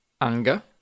anger